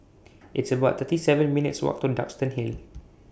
It's about thirty seven minutes' Walk to Duxton Hill